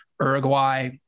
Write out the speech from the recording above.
Uruguay